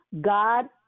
God